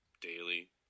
daily